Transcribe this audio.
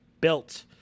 built